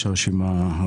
בבקשה.